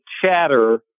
chatter